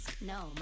no